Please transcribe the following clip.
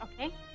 Okay